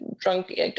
drunk